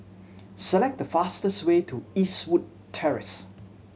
select the fastest way to Eastwood Terrace